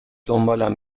دنبالم